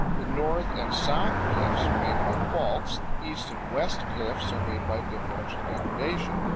the north-and-south cliffs are made by faults the east-and-west cliffs are made by differential degradation.